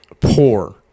poor